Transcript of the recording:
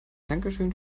dankeschön